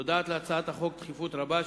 נודעת להצעת החוק דחיפות רבה,